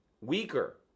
weaker